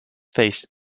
faced